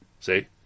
See